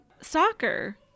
soccer